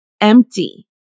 empty